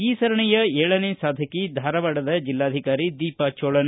ಈ ಸರಣಿಯ ಏಳನೆ ಸಾಧಕಿ ಧಾರವಾಡ ಜಿಲ್ಲಾಧಿಕಾರಿ ದೀಪಾ ಜೋಳನ್